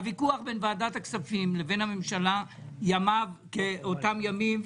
הוויכוח בין ועדת הכספים לבין הממשלה ימיו כאותם ימים,